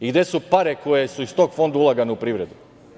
I gde su pare koje su iz tog fonda ulagane u privredu?